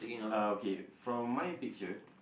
uh okay from my picture